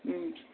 उम